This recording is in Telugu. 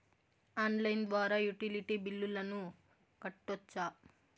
ఆన్లైన్ ద్వారా యుటిలిటీ బిల్లులను కట్టొచ్చా?